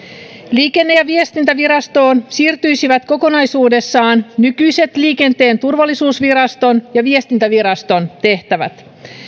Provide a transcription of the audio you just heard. liikenne ja viestintävirastoon siirtyisivät kokonaisuudessaan nykyiset liikenteen turvallisuusviraston ja viestintäviraston tehtävät